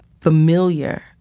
familiar